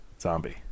Zombie